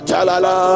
Jalala